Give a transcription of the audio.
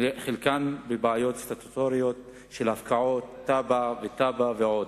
חלקן בבעיות סטטוטוריות של הפקעות, תב"ע ועוד.